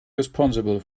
responsible